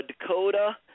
Dakota